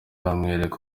bamwereka